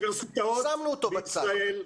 שמנו אותו בצד.